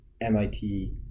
MIT